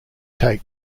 take